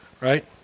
right